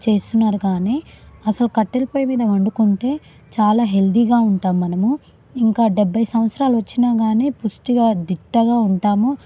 చేస్తున్నారు కానీ అసలు కట్టెల పొయ్యి మీద వండుకుంటే చాలా హెల్దీగా ఉంటాం మనము ఇంకా డెబ్భై సంవత్సరాలు వచ్చినా కానీ పుష్టిగా దిట్టగా ఉంటాము